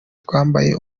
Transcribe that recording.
twambaye